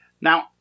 Now